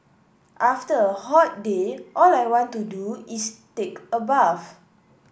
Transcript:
after a hot day all I want to do is take a bath